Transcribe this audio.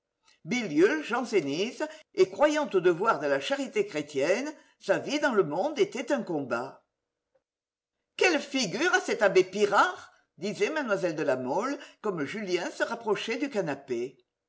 bilieux janséniste et croyant au devoir de la charité chrétienne sa vie dans le monde était un combat quelle figure a cet abbé pirard disait mlle de la mole comme julien se rapprochait du canapé